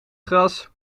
gras